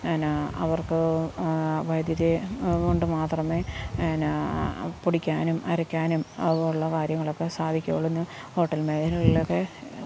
എന്നാ അവർക്ക് വൈദ്യുതി കൊണ്ട് മാത്രമേ എന്നാ പൊടിക്കാനും അരക്കാനും അത് പോലുള്ള കാര്യങ്ങളൊക്കെ സാധിക്കുകയുള്ളൂന്നു ഹോട്ടൽ മേഖലകളിലൊക്കെ